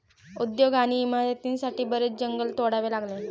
उद्योग आणि इमारतींसाठी बरेच जंगल तोडावे लागले